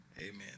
Amen